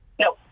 No